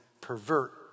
pervert